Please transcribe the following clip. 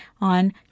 on